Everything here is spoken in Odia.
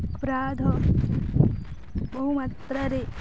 ଅପରାଧ ବହୁମାତ୍ରାରେ